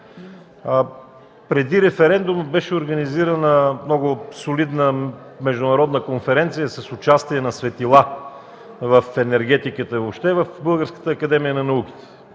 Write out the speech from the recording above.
Преди референдума беше организирана много солидна Международна конференция с участие на светила в енергетиката и въобще в Българската академия на науките,